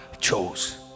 chose